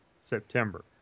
September